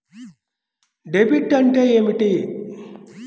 Debit అంటే ఏమిటి?